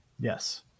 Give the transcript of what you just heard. Yes